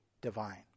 divine